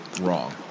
wrong